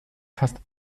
fast